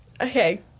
Okay